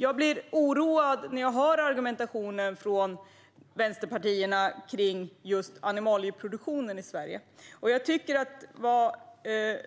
Jag blir oroad när jag hör argumentationen från vänsterpartierna just när det gäller animalieproduktionen i Sverige, och jag tycker att vad